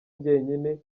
njyenyine